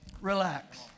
Relax